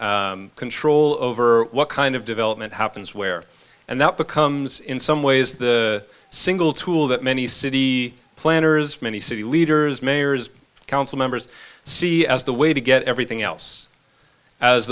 and control over what kind of development happens where and that becomes in some ways the single tool that many city planners many city leaders mayors council members see as the way to get everything else as